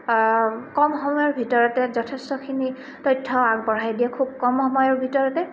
কম সময়ৰ ভিতৰতে যথেষ্টখিনি তথ্য আগবঢ়াই দিয়ে খুব কম সময়ৰ ভিতৰতে